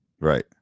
Right